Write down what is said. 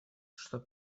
что